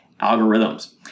algorithms